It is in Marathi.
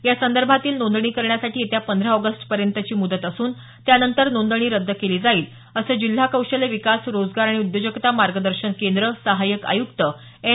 या संदर्भातील नोंदणी करण्यासाठी येत्या पंधरा ऑगस्टपर्यंतची मुदत असून त्यानंतर नोंदणी रद्द केली जाईल असं जिल्हा कौशल्य विकास रोजगार आणि उद्योजकता मार्गदर्शन केंद्र सहायक आयुक्त एन